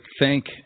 thank